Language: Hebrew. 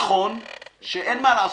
נכון שאין מה לעשות.